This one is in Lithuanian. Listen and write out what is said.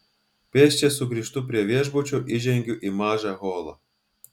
pėsčias sugrįžtu prie viešbučio įžengiu į mažą holą